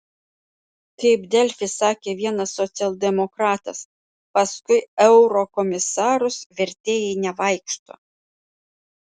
kaip delfi sakė vienas socialdemokratas paskui eurokomisarus vertėjai nevaikšto